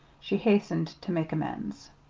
she hastened to make amends.